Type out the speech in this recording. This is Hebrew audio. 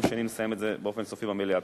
שני נסיים את זה באופן סופי במליאה.